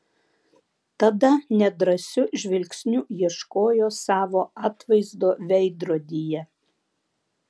tada nedrąsiu žvilgsniu ieškojo savo atvaizdo veidrodyje